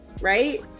right